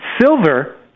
silver